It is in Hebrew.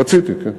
רציתי, כן,